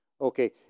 Okay